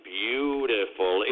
beautiful